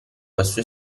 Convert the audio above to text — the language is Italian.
questo